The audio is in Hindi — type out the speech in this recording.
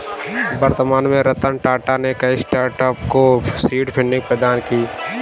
वर्तमान में रतन टाटा ने कई स्टार्टअप को सीड फंडिंग प्रदान की है